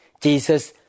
Jesus